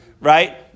right